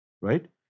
right